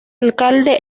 alcalde